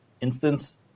instance